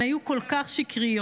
הן היו כל כך שקריות,